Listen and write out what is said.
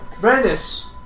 Brandis